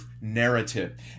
narrative